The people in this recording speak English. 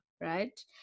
right